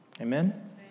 Amen